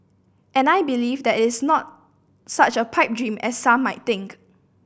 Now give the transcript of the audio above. and I believe that it is not such a pipe dream as some might think